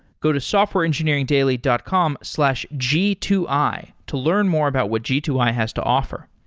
go to softwareengineeringdaily dot com slash g two i to learn more about what g two i has to offer.